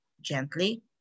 gently